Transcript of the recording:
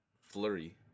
flurry